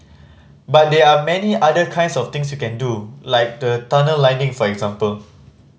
but there are many other kinds of things you can do like the tunnel lining for example